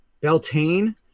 Beltane